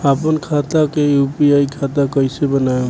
आपन खाता के यू.पी.आई खाता कईसे बनाएम?